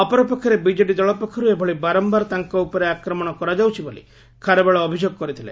ଅପରପକ୍ଷରେ ବିଜେଡି ଦଳ ପକ୍ଷରୁ ଏଭଳି ବାରମ୍ଭାର ତାଙ୍କ ଉପରେ ଆକ୍ରମଣ କରାଯାଉଛି ବୋଲି ଖାରବେଳ ଅଭିଯୋଗ କରିଥିଲେ